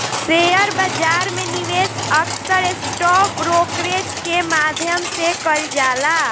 share बाजार में निवेश अक्सर स्टॉक ब्रोकरेज के माध्यम से कईल जाला